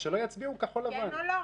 אז שלא יצביעו כחול לבן.